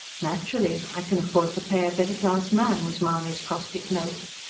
naturally! i can afford to pay a better-class man, was mahony's caustic note.